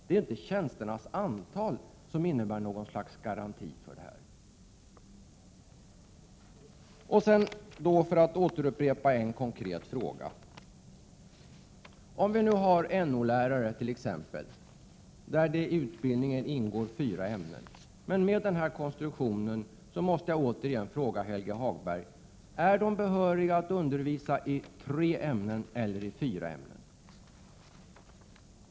Det är inte tjänsternas antal som innebär någon garanti. Jag måste upprepa en konkret fråga till Helge Hagberg. För t.ex. NO-lärare ingår fyra ämnen i utbildningen, men kommer denna konstruktion att ge dem behörighet att undervisa i tre eller i fyra ämnen?